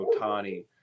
Otani